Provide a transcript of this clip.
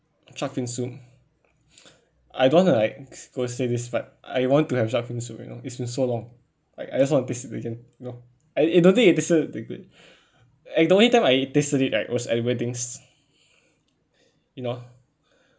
shark's fin soup I don't wanna like go say this but I want to have shark fin soup you know it's been so long like I just want to taste it again know I don't think it tasted that good and the only time I tasted it right was at weddings you know